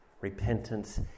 Repentance